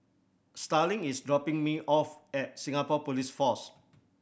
Starling is dropping me off at Singapore Police Force